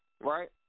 Right